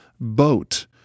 boat